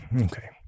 Okay